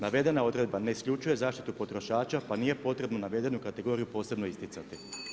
Navedena odredba ne isključuje zaštitu potrošača, pa nije potrebno navedenu kategoriju posebno isticati.